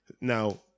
now